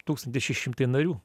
tūkstantis šeši šimtai narių